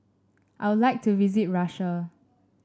I would like to visit Russia